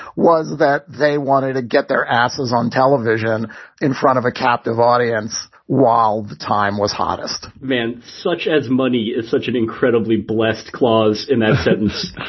was that they wanted to get their asses on television in front of a captive audience while the time was hottest man men such as money is such an incredibly blessed clause in that sentence,